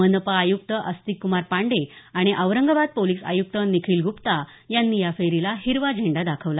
मनपा आयुक्त अस्तिक कुमार पांडे आणि औरंगाबाद पोलीस आयुक्त निखील गुप्ता यांनी या फेरीला हिरवा झेंडा दाखवला